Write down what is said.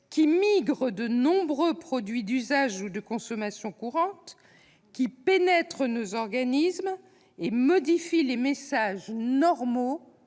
dans de nombreux produits d'usage ou de consommation courante migrent et pénètrent nos organismes, modifiant les messages normaux